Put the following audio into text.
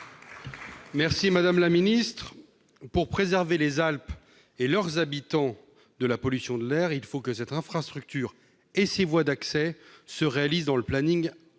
Hervé, pour la réplique. Pour préserver les Alpes et leurs habitants de la pollution de l'air, il faut que cette infrastructure et ses voies d'accès se réalisent selon le